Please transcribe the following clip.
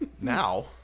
Now